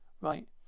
Right